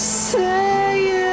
say